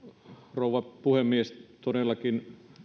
rouva puhemies todellakin